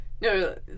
No